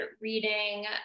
reading